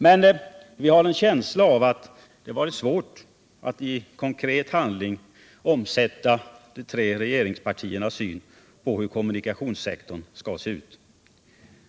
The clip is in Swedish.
Men vi har en känsla av att det varit svårt att i konkret handling omsätta de tre regeringspartiernas syn på hur kommunikationssektorn skall se ut.